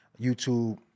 YouTube